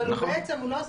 אבל הוא בעצם הוא לא,